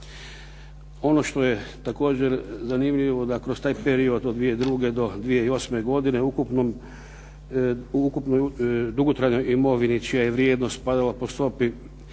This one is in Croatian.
Ono što je također zanimljivo da kroz taj period od 2002. do 2008. godine ukupnoj dugotrajnoj imovini čija je vrijednost padala po stopi